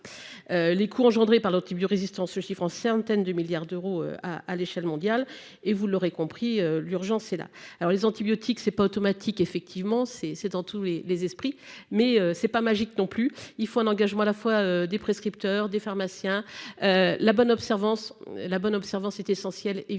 Les coûts engendrés par l'antibiorésistance se chiffrent en centaines de milliards d'euros à l'échelle mondiale et, vous l'aurez compris, l'urgence est là. « Les antibiotiques, c'est pas automatique »- la formule est en effet dans tous les esprits -, mais ce n'est pas magique non plus. Il faut un engagement de la part, à la fois, des prescripteurs et des pharmaciens. La bonne observance thérapeutique est évidemment